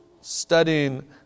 studying